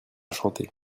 chanter